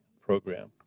program